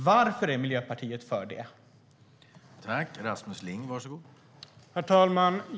Varför är Miljöpartiet för det?